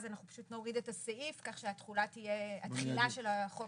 אז אנחנו פשוט נוריד את הסעיף כך שהתחילה של החוק